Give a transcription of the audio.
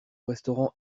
restaurant